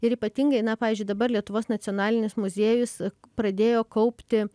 ir ypatingai na pavyzdžiui dabar lietuvos nacionalinis muziejus pradėjo kaupti